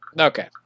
Okay